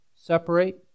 Separate